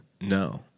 No